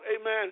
amen